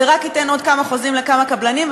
זה רק ייתן עוד כמה חוזים לכמה קבלנים,